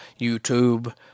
YouTube